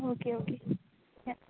okay okay